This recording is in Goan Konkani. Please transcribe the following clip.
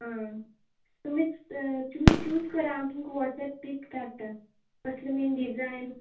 आं तुमीच तुमी चूज करा हांव तुमकां वॉट्सॅप पीक्स धाडटा कसले मेन डिजायन